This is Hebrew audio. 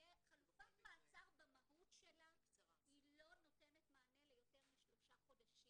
חלופת מעצר במהות שלה היא לא נותנת מענה ליותר משלושה חודשים,